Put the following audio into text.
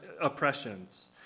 oppressions